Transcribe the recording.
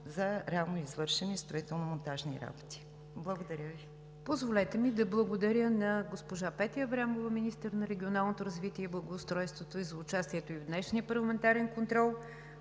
за реално извършени строително-монтажни работи. Благодаря Ви. ПРЕДСЕДАТЕЛ НИГЯР ДЖАФЕР: Позволете ми да благодаря на госпожа Петя Аврамова – министър на регионалното развитие и благоустройството, за участието ѝ в днешния парламентарен контрол.